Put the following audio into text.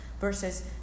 versus